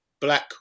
black